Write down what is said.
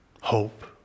Hope